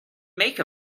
make